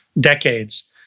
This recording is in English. decades